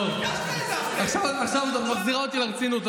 טוב, עכשיו את מחזירה אותי לרצינות.